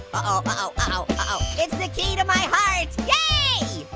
ah uh-oh, it's the key to my heart, yay!